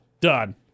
done